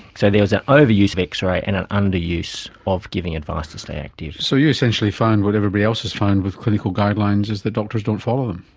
so there was an overuse of x-ray and an under-use of giving advice to stay active. so you essentially found what everybody else has found with clinical guidelines is that doctors don't follow them.